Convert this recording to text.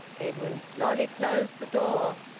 edwin slowly closed the door.